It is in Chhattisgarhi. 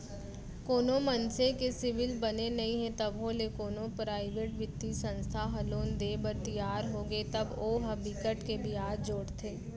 कोनो मनसे के सिविल बने नइ हे तभो ले कोनो पराइवेट बित्तीय संस्था ह लोन देय बर तियार होगे तब ओ ह बिकट के बियाज जोड़थे